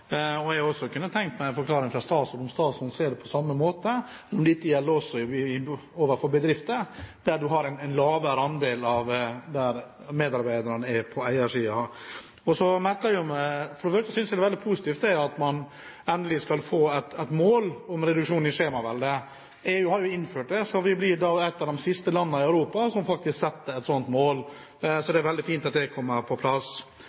sa. Jeg kunne også tenkt meg en forklaring fra statsråden om han ser det på samme måte. Gjelder dette også overfor bedrifter der en lavere andel av medarbeiderne er på eiersiden? Jeg synes det er veldig positivt at man endelig skal få et mål om reduksjon i skjemaveldet. EU har jo innført det, så vi blir da et av de siste landene i Europa som faktisk setter et slikt mål. Det er veldig fint at det kommer på plass.